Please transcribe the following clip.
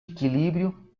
equilíbrio